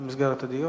תודה,